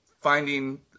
finding